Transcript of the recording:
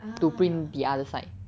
to print the other side